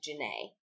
Janae